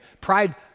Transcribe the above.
Pride